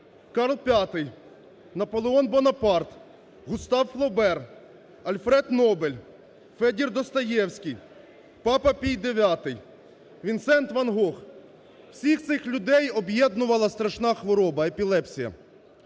Карл V, Наполеон Бонапарт, Густав Флобер, Альфред Нобель, Федір Достоєвський, Папа Пій ІХ, Вінсент ван Гог – всіх цих людей об'єднувала страшна хвороба – епілепсія.